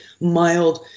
mild